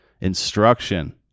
instruction